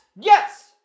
Yes